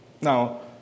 Now